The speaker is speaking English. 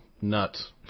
Nuts